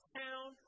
town